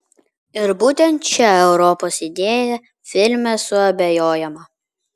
ir būtent šia europos idėja filme suabejojama